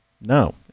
no